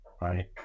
right